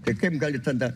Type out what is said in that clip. tai kaip gali tada